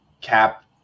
cap